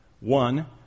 One